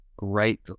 right